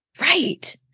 Right